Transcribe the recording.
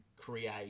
create